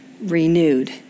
renewed